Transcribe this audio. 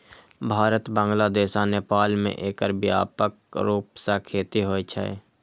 भारत, बांग्लादेश आ नेपाल मे एकर व्यापक रूप सं खेती होइ छै